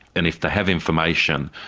and if they have information,